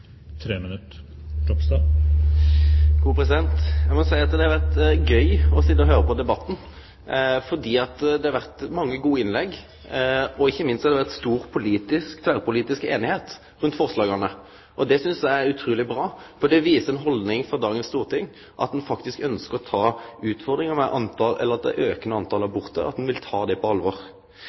Eg må seie at det har vore gøy å høyre på debatten. Det har vore mange gode innlegg, og ikkje minst har det vore stor tverrpolitisk einigheit rundt forslaga. Det synest eg er utruleg bra. Det viser ei haldning i dagens storting om at ein faktisk ønskjer å ta utfordringa med det aukande talet på abortar på alvor. I førre perioden – då eg var inne som vara – fekk eg på